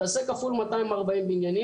תעשה כפול 240 בניינים.